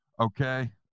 okay